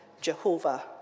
Jehovah